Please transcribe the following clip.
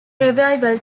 revival